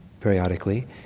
periodically